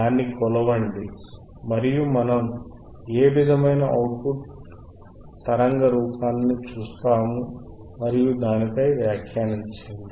దాన్ని కొలవండి మరియు మనం ఏ విధమైన అవుట్ పుట్ తరంగ రూపాన్ని చూద్దాం మరియు దానిపై వ్యాఖ్యానించనివ్వండి